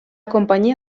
companyia